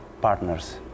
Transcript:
partners